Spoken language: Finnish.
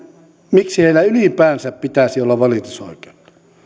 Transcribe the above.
miksi heillä ylipäänsä pitäisi olla valitusoikeudet